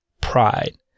pride